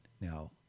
now